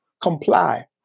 Comply